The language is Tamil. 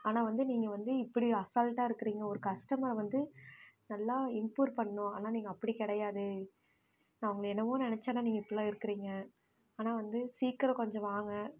ஆனால் வந்து நீங்கள் வந்து இப்படி அசால்ட்டாக இருக்குறீங்க ஒரு கஸ்டமரை வந்து நல்லா இன்க்யூர் பண்ணணும் ஆனால் நீங்கள் அப்படி கிடையாது நான் உங்களை என்னவோ நினைச்சேன் ஆனால் நீங்கள் இப்படிலாம் இருக்குறீங்க ஆனால் வந்து சீக்கரம் கொஞ்சம் வாங்க